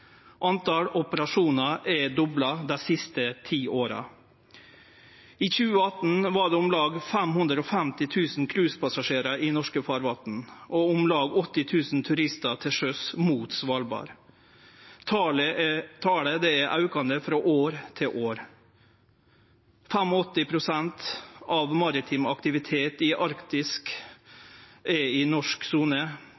på operasjonar er dobla dei siste ti åra. I 2018 var det om lag 550 000 cruisepassasjerar i norske farvatn og om lag 80 000 turistar til sjøs mot Svalbard. Talet er aukande frå år til år. 85 pst. av maritim aktivitet i